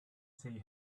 see